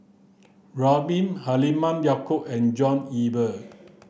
Ramli Halimah Yacob and John Eber